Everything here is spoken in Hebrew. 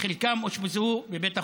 וחלקם אושפזו בבית החולים.